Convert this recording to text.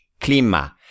Clima